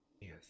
Yes